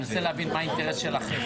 אני רוצה להבין מה האינטרס שלכם.